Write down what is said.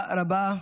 תודה רבה.